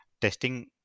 testing